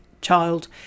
child